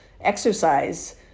exercise